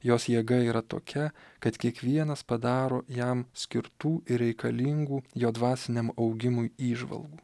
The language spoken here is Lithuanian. jos jėga yra tokia kad kiekvienas padaro jam skirtų ir reikalingų jo dvasiniam augimui įžvalgų